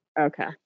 Okay